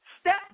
step